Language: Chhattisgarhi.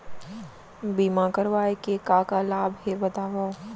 बीमा करवाय के का का लाभ हे बतावव?